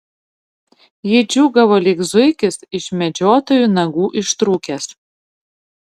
ji džiūgavo lyg zuikis iš medžiotojų nagų ištrūkęs